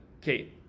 Kate